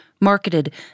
marketed